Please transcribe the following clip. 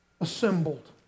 Assembled